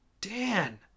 Dan